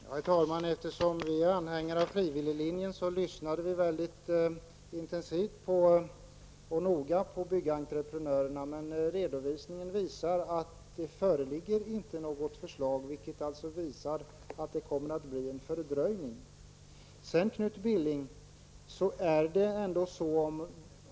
Herr talman! Eftersom vi är anhängare av frivilliglinjen lyssnade vi mycket intensivt och noga på byggentreprenörerna. Redovisningen visar att det inte föreligger något förslag, vilket innebär att det kommer att bli en fördröjning.